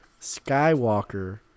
Skywalker